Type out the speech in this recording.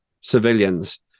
civilians